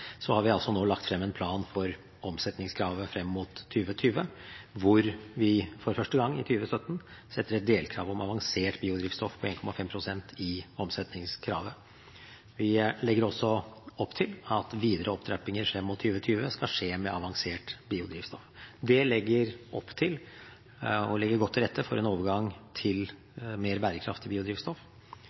altså har lagt frem en plan for omsetningskravet frem mot 2020, hvor vi i 2017 for første gang setter et delkrav om avansert biodrivstoff på 1,5 pst. i omsetningskravet. Vi legger også opp til at videre opptrappinger frem mot 2020 skal skje med avansert biodrivstoff. Det legger opp til og legger godt til rette for en overgang til mer bærekraftig biodrivstoff.